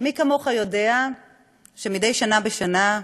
מי כמוך יודע שמדי שנה בשנה,